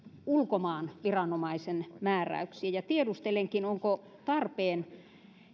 ulkomaan viranomaisen määräyksiä tiedustelenkin onko tarpeen